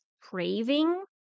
craving